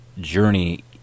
journey